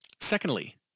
Secondly